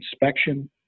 inspection